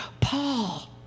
Paul